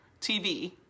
tv